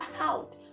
out